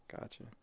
Gotcha